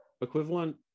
equivalent